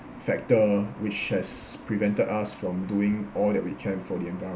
factor which has prevented us from doing all that we can for the environment